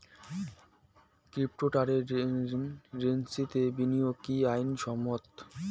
ক্রিপ্টোকারেন্সিতে বিনিয়োগ কি আইন সম্মত?